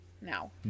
now